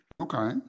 Okay